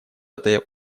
этой